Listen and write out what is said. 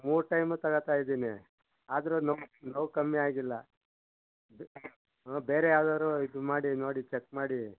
ಮೂರು ಟೈಮು ತಗಳ್ತಾಯಿದೀನಿ ಆದರೂ ನೋವು ನೋವು ಕಮ್ಮಿ ಆಗಿಲ್ಲ ಊಂ ಬೇರೆ ಯಾವ್ದಾದ್ರು ಇದು ಮಾಡಿ ನೋಡಿ ಚೆಕ್ ಮಾಡಿ